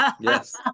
Yes